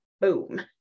boom